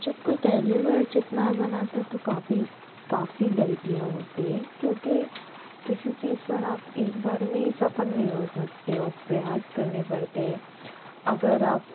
जब कोई पहली बार जितना बनाता है तो काफ़ी काफ़ी गलतियाँ होती हैं क्योंकि किसी चीज पर आप एक बार में सफल नहीं हो सकते हो प्रयास करने पड़ते हैं अगर आप